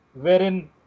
wherein